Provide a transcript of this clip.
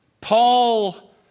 Paul